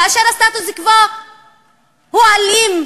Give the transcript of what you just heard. כאשר הסטטוס-קוו הוא אלים,